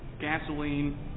gasoline